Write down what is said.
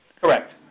Correct